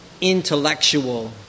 intellectual